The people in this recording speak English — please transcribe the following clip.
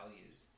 values